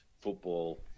football